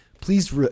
please